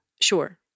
Sure